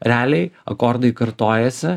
realiai akordai kartojasi